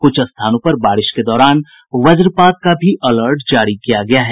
कुछ स्थानों पर बारिश के दौरान वज्रपात का भी अलर्ट जारी किया गया है